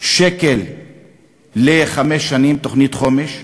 שקל לחמש שנים, תוכנית חומש,